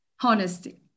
Honesty